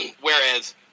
whereas